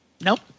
Nope